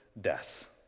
death